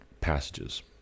passages